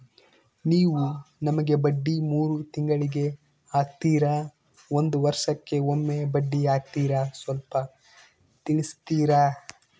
ನೀವು ನಮಗೆ ಬಡ್ಡಿ ಮೂರು ತಿಂಗಳಿಗೆ ಹಾಕ್ತಿರಾ, ಒಂದ್ ವರ್ಷಕ್ಕೆ ಒಮ್ಮೆ ಬಡ್ಡಿ ಹಾಕ್ತಿರಾ ಸ್ವಲ್ಪ ತಿಳಿಸ್ತೀರ?